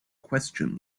question